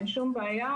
אין שום בעיה,